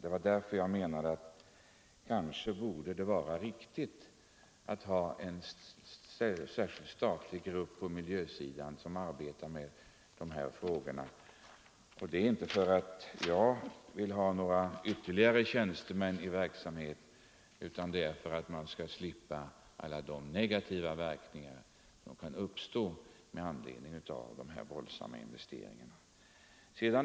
Det är därför jag menade att det kanske vore riktigt att ha en särskild statlig grupp på miljösidan som arbetar med dessa frågor. Anledningen är inte att jag vill ha ytterligare tjänstemän i verksamhet utan att man skall slippa alla de negativa verkningar som kan uppstå med anledning av dessa våldsamma investeringar.